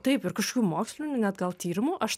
taip ir kažkokių mokslinių net gal tyrimų aš